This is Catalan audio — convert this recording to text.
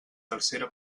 tercera